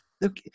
look